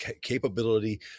capability